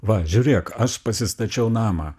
va žiūrėk aš pasistačiau namą